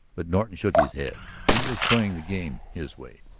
but norton shook his head. he was playing the game his way.